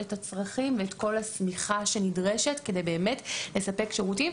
את הצרכים ואת כל השמיכה שנדרשת כדי לספק שירותים,